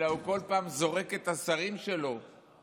אלא בכל פעם הוא זורק את השרים שלו,